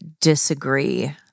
disagree